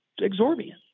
exorbitant